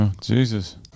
Jesus